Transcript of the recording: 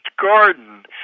garden